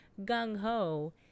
gung-ho